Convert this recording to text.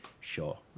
sure